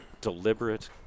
deliberate